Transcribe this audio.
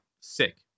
sick